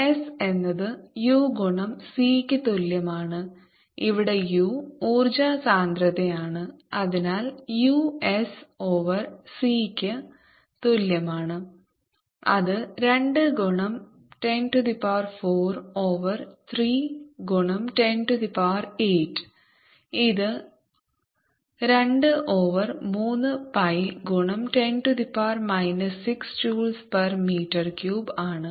s എന്നത് u ഗുണം c ക്ക് തുല്യമാണ് ഇവിടെ u ഊർജ്ജ സാന്ദ്രതയാണ് അതിനാൽ u s ഓവർ c ക്ക് തുല്യമാണ് അത് 2 ഗുണം 104 ഓവർ 3 ഗുണം 108 ഇത് 2 ഓവർ 3 pi ഗുണം 10 6 ജൂൾസ് പെർ മീറ്റർ ക്യൂബ് ആണ്